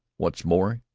what's more,